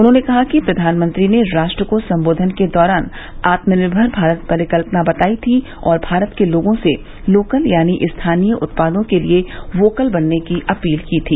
उन्होंने कहा कि प्रधानमंत्री ने राष्ट्र को संबोधन के दौरान आत्मनिर्भर भारत परिकल्पना बतायी थी और भारत के लोगों से लोकल यानी स्थानीय उत्पादों के लिए वोकल बनने की अपील की थी